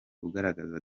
ugaragaza